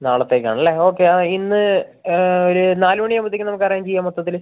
നാളത്തേക്കാണല്ലേ okay ആ ഇന്ന് ഒര് നാല് മണി ആകുമ്പത്തേക്കും നമുക്ക് അറേഞ്ച് ചെയ്യാം മൊത്തത്തില്